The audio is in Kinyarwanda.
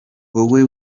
wowe